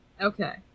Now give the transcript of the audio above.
Okay